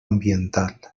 ambiental